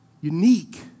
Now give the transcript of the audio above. unique